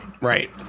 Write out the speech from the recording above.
right